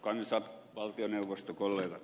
kansa valtioneuvosto kollegat